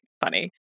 funny